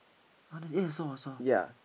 uh eh I saw I saw